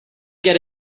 get